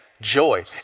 joy